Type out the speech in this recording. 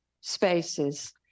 spaces